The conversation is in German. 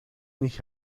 nicht